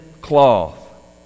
cloth